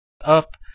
up